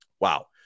wow